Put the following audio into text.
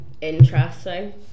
interesting